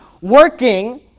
working